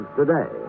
today